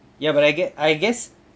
ya but I gue~ I guess